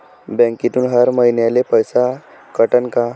बँकेतून हर महिन्याले पैसा कटन का?